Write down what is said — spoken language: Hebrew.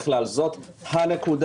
זו הנקודה.